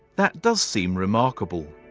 that does seem remarkable,